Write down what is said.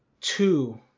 two